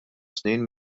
snin